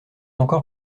encore